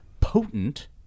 potent –